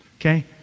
Okay